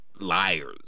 liars